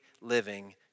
living